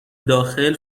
داخل